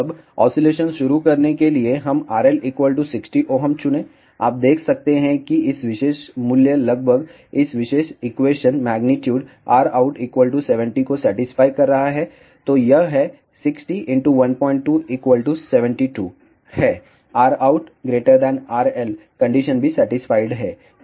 अब ऑसीलेशन शुरू करने के लिए हम RL 60 Ω चुनें आप देख सकते हैं कि इस विशेष मूल्य लगभग इस विशेष इक्वेशन मेग्नीट्यूड Rout 70 को सेटिस्फाय कर रहा है तो यह 6012 72 है Rout RL कंडीशन भी सेटिस्फाइड है